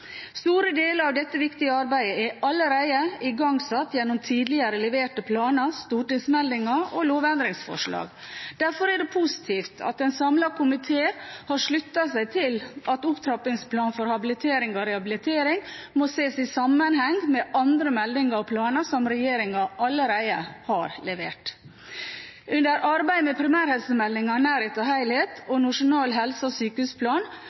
Store deler av dette viktige arbeidet er allerede igangsatt gjennom tidligere leverte planer, stortingsmeldinger og lovendringsforslag. Derfor er det positivt at en samlet komité har sluttet seg til at opptrappingsplan for habilitering og rehabilitering må ses i sammenheng med andre meldinger og planer som regjeringen allerede har levert. Under arbeidet med primærhelsemeldingen – nærhet og helhet og Nasjonal helse- og sykehusplan